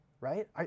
Right